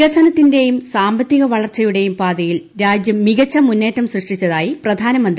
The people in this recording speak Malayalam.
വികസനത്തിന്റെയും സാമ്പത്തിക വളർച്ചയുടെയും പാതയിൽ രാജൃം മികച്ച മുന്നേറ്റം സൃഷ്ടിച്ചതായി പ്രധാനമന്ത്രി നരേന്ദ്രമോദി